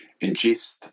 ingest